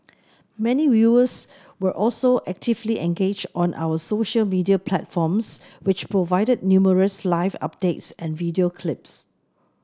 many viewers were also actively engaged on our social media platforms which provided numerous live updates and video clips